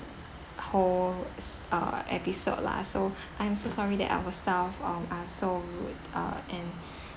whole uh episode lah so I am so sorry that our staffs um are so rude uh and